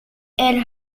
elle